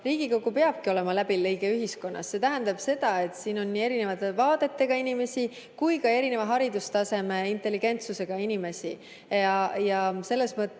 Riigikogu peabki olema läbilõige ühiskonnast. See tähendab seda, et siin on nii erinevate vaadetega inimesi kui ka erineva haridustaseme ja intelligentsusega inimesi. Selles mõttes